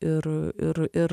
ir ir ir